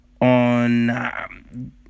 on